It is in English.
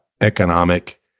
economic